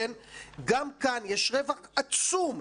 גם כאן יש רווח עצום,